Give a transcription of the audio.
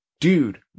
Dude